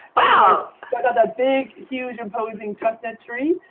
wow. but ah the big huge imposing chestnut tree,